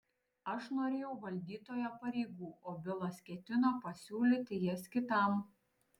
aš norėjau valdytojo pareigų o bilas ketino pasiūlyti jas kitam